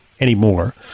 anymore